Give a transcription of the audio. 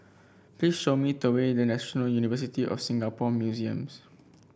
please show me the way the National University of Singapore Museums